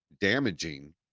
damaging